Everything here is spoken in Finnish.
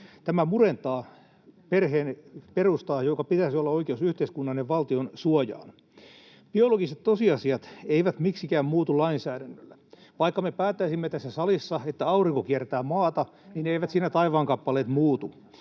Tämä murentaa perheen perustaa, jolla pitäisi olla oikeus yhteiskunnan ja valtion suojaan. Biologiset tosiasiat eivät miksikään muutu lainsäädännöllä. Vaikka me päättäisimme tässä salissa, että Aurinko kiertää Maata, niin eivät siinä taivaankappaleet muutu.